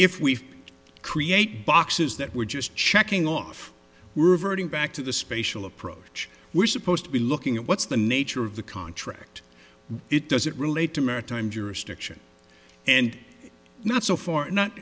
if we create boxes that we're just checking off we're reverting back to the spatial approach we're supposed to be looking at what's the nature of the contract it doesn't relate to maritime jurisdiction and not so far not